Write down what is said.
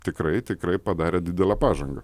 tikrai tikrai padarė didelę pažangą